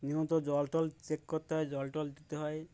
নিয়মত জল টল চেক করতে হয় জল টল দিতে হয়